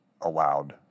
allowed